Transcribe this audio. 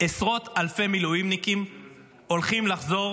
עשרות אלפי מילואימניקים הולכים לחזור